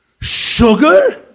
Sugar